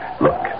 Look